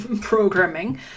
programming